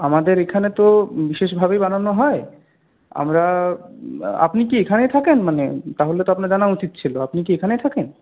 আমাদের এখানে তো বিশেষভাবেই বানানো হয় আমরা আপনি কি এখানে থাকেন মানে তাহলে তো আপনার জানা উচিত ছিল আপনি কি এখানে থাকেন